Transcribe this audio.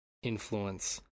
influence